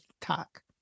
talk